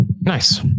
Nice